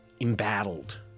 embattled